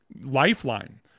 lifeline